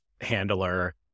handler